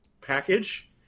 package